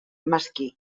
mesquí